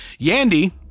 Yandy